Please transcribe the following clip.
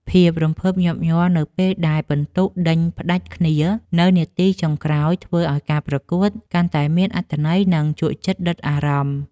ភាពរំភើបញាប់ញ័រនៅពេលដែលពិន្ទុដេញផ្ដាច់គ្នានៅនាទីចុងក្រោយធ្វើឱ្យការប្រកួតកាន់តែមានអត្ថន័យ និង ជក់ចិត្តដិតអារម្មណ៍។